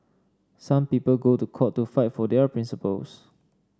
some people go to court to fight for their principles